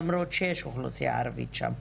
למרות שיש אוכלוסייה ערבית שם.